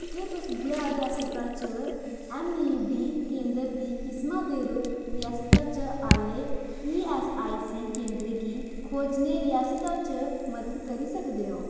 केह् तुस बिहार रियासता च ऐम्मईयूडी केंदर दी किसमा दे रूप रियासता च आह्ले ईऐस्सआईसी केंदरें गी खोजने रियासता च मदद करी सकदे ओ